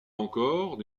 encore